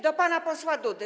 Do pana posła Dudy.